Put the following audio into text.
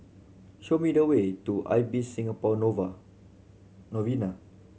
show me the way to Ibis Singapore novel Novena